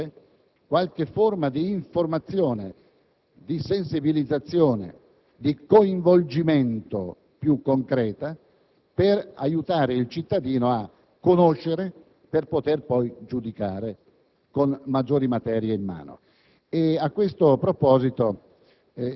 Sarebbe opportuno, allora, prevedere qualche forma di informazione, di sensibilizzazione, di coinvolgimento più concreta per aiutare il cittadino a conoscere per poter poi giudicare con maggiori argomenti in mano.